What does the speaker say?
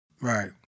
Right